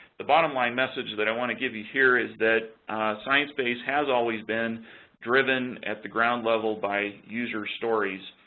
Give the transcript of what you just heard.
the bottom line message that i want to give you here is that sciencebase has always been driven at the ground level by user stories.